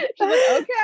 okay